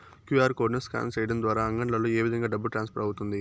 QR code ను scan సేయడం ద్వారా అంగడ్లలో ఏ విధంగా డబ్బు ట్రాన్స్ఫర్ అవుతుంది